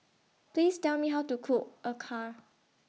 Please Tell Me How to Cook Acar